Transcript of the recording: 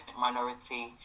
minority